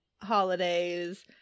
holidays